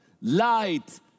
Light